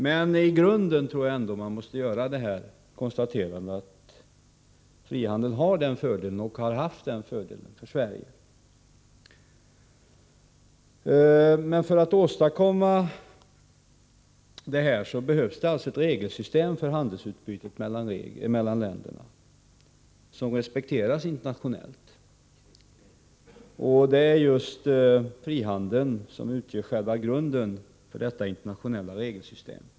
Men i grunden tror jag ändå man måste konstatera att frihandeln har och har haft den fördelen för Sverige. Men för att åstadkomma det här behövs det ett regelsystem för handelsutbytet mellan länderna som respekteras internationellt. Frihandeln utgör själva grunden för detta internationella regelsystem.